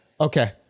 Okay